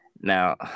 Now